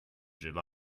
july